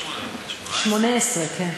שמונה-עשרה, כן.